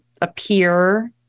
appear